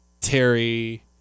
Terry